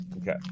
Okay